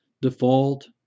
default